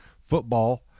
Football